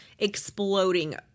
exploding